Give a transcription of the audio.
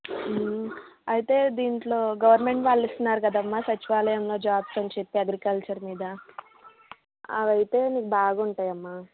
అయితే దీంట్లో గవర్నమెంట్ వాళ్లు ఇస్తున్నారు కదమ్మ సచివాలయంలో జాబ్స్ అని చెప్పి అగ్రికల్చర్ మీద అవైతే మీకు బాగా ఉంటాయి అమ్మ